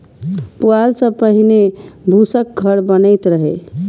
पुआर सं पहिने फूसक घर बनैत रहै